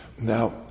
now